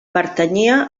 pertanyia